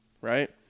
right